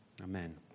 amen